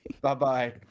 Bye-bye